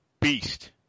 beast